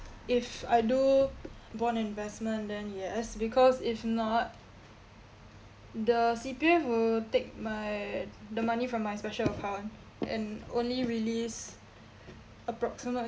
if I do bond investment then yes because if not the C_P_F will take my the money from my special account and only release approximately